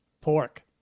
pork